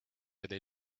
other